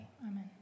amen